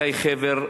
גיא חבר,